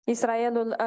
Israelul